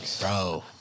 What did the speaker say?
Bro